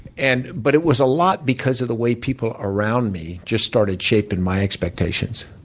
and but it was a lot because of the way people around me just started shaping my expectations.